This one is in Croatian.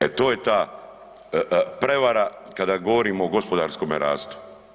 E, to je ta prevara kada govorimo o gospodarskome rastu.